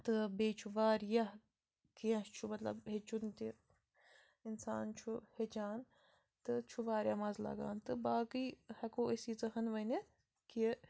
تہٕ بیٚیہِ چھُ واریاہ کیٚنہہ چھُ مطلب ہیٚچھُن تہِ اِنسان چھُ ہیٚچھان تہٕ چھُ واریاہ مَزٕ لَگان تہٕ باقٕے ہٮ۪کَو أسۍ ییٖژاہ ہَن وٕنِتھ کہِ